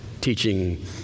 teaching